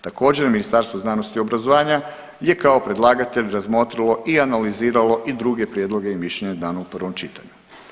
Također Ministarstvo znanosti i obrazovanja je kao predlagatelj razmotrilo i analiziralo i druge prijedloge i mišljenja dana u prvom čitanju.